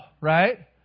Right